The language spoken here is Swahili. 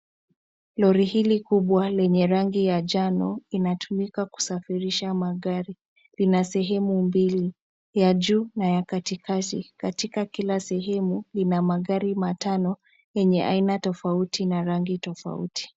Lori hili kubwa lenye rangi ya njano inatumika kusafirisha magari. Lina sehemu mbili ya juu na ya katikati, katika kila sehemu lina magari matano yenye aina tofauti na rangi tofauti.